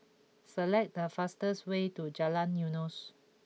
select the fastest way to Jalan Eunos